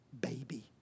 baby